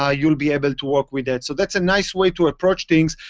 ah you'd be able to work with that. so that's a nice way to approach things,